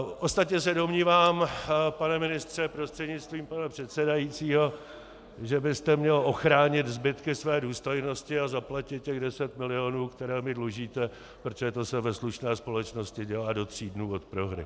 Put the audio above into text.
Ostatně se domnívám, pane ministře prostřednictvím pana předsedajícího, že byste měl ochránit zbytky své důstojnosti a zaplatit těch deset milionů, které mi dlužíte, protože to se ve slušné společnosti dělá do tří dnů od prohry.